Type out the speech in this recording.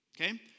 Okay